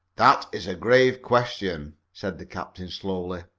that is a grave question, said the captain slowly.